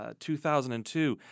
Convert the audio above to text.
2002